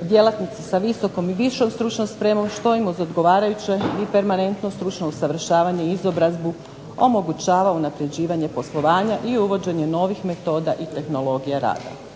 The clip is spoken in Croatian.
djelatnici sa visokom i višom stručnom spremom što im uz odgovarajuće i permanentno stručno usavršavanje, izobrazbu omogućava unapređivanje poslovanja i uvođenje novih metoda i tehnologija rada.